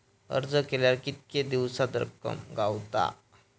अर्ज केल्यार कीतके दिवसात रक्कम गावता?